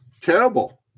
terrible